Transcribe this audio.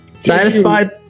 Satisfied